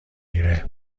گیره